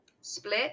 split